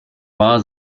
wahr